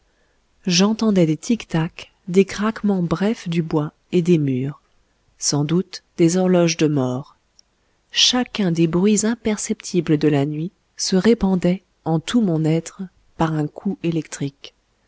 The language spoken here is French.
j'entendais des tics tacs des craquements brefs du bois et des murs sans doute des horloges de mort chacun des bruits imperceptibles de la nuit se répondait en tout mon être par un coup électrique